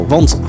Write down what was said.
Want